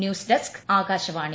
news desk Akashvani